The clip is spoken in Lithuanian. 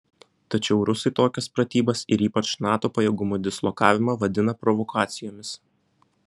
tačiau rusai tokias pratybas ir ypač nato pajėgumų dislokavimą vadina provokacijomis